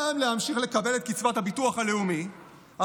גם להמשיך לקבל את קצבת הביטוח הלאומי על